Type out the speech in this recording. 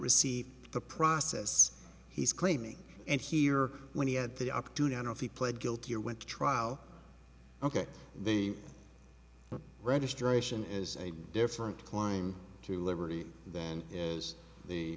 receive the process he's claiming and here when he had the op do not know if he pled guilty or went to trial ok the registration is a different climb to liberty than is the